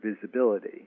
visibility